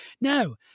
Now